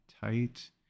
tight